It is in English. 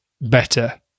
better